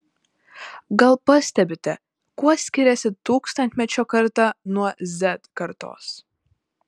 gal pastebite kuo skiriasi tūkstantmečio karta nuo z kartos